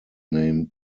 name